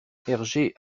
hergé